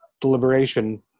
deliberation